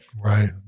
Right